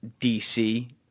DC